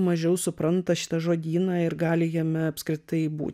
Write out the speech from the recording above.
mažiau supranta šitą žodyną ir gali jame apskritai būti